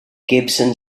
gibson